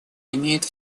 имеют